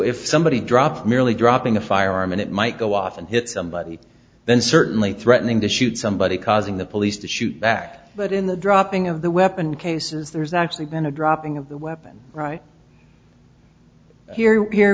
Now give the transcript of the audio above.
if somebody drops merely dropping a firearm and it might go off and hit somebody then certainly threatening to shoot somebody causing the police to shoot back but in the dropping of the weapon cases there's actually been a dropping of the weapon right here here